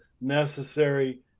necessary